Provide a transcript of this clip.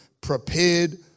prepared